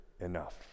enough